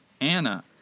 Anna